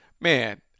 man